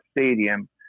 stadium